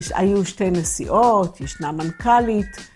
‫היו שתי נשיאות, ישנה מנכ"לית.